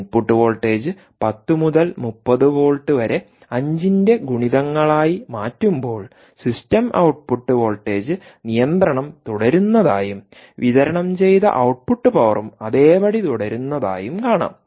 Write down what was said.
input voltage 10 മുതൽ 30 volt വരെ 5 ന്റെ ഗുണിതങ്ങളായി മാറ്റുമ്പോൾ സിസ്റ്റം ഔട്ട്പുട്ട് വോൾട്ടേജ് നിയന്ത്രണം തുടരുന്നതായും വിതരണം ചെയ്ത ഔട്ട്പുട്ട് പവറും അതേപടി തുടരുന്നതായും കാണാം